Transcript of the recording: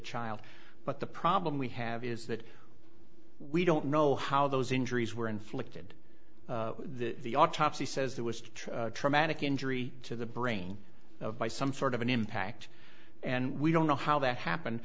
child but the problem we have is that we don't know how those injuries were inflicted the autopsy says there was true traumatic injury to the brain by some sort of an impact and we don't know how that happened